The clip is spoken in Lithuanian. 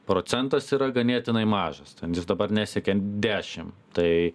procentas yra ganėtinai mažas ten jis dabar nesiekia dešim tai